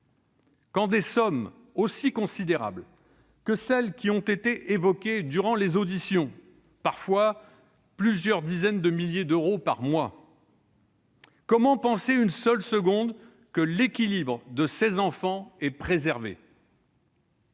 Quand des sommes aussi considérables que celles qui ont été évoquées durant les auditions- parfois plusieurs dizaines de milliers d'euros par mois ! -sont en jeu, comment penser une seule seconde que l'équilibre de ces enfants est préservé ?